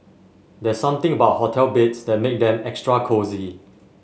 there's something about hotel beds that make them extra cosy